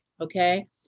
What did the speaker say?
okay